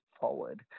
forward